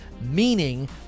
Meaning